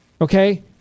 okay